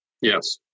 Yes